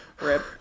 Rip